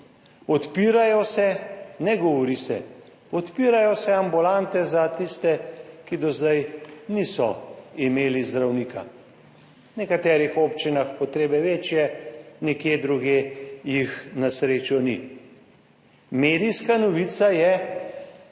Odpirajo se, ne govori se, odpirajo se ambulante za tiste, ki do zdaj niso imeli zdravnika. V nekaterih občinah potrebe večje, nekje drugje jih na srečo ni. Medijska novica je,